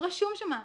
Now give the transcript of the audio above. שרשום שם,